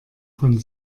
von